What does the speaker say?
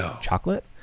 chocolate